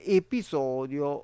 episodio